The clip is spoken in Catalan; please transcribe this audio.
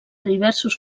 diversos